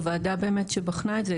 הוועדה באמת שבחנה את זה,